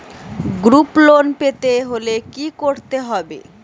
Group loan পেতে হলে কি করতে হবে?